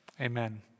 Amen